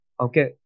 Okay